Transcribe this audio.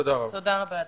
תודה רבה.